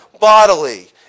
bodily